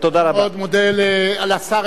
אני מאוד מודה לשר אדלשטיין,